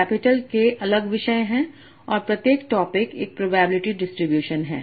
capital K अलग विषय हैं और प्रत्येक टॉपिक एक प्रोबेबिलिटी डिस्ट्रीब्यूशन है